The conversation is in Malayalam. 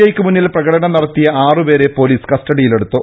ഐക്ക് മുന്നിൽ പ്രകടനം നടത്തിയ ആറുപേരെ പൊലിസ് കസ്റ്റഡിയിലെടുത്തു